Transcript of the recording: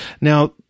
Now